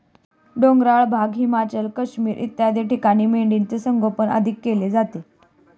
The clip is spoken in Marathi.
डोंगराळ भाग, हिमाचल, काश्मीर इत्यादी ठिकाणी मेंढ्यांचे संगोपन अधिक केले जाते